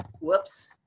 whoops